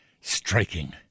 Striking